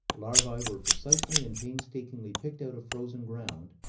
larvae were precisely and painstakingly picked out of frozen ground,